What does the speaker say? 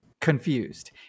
confused